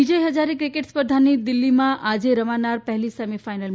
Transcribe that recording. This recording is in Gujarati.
વિજય હઝારે ક્રિકેટ સ્પર્ધાની દિલ્હીમાં આજે રમાનારી પહેલી સેમીફાઇનલ